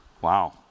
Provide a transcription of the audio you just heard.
Wow